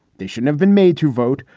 they should have been made to vote.